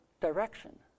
direction